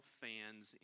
fans